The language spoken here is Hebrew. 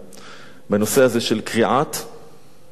לנושא של קריעת הברית החדשה.